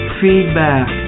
feedback